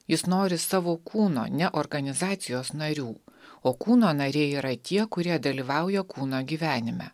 jis nori savo kūno ne organizacijos narių o kūno nariai yra tie kurie dalyvauja kūno gyvenime